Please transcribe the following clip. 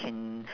can